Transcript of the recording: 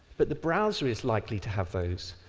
but the browser is likely to have those,